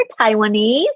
Taiwanese